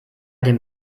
dem